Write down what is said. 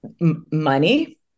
money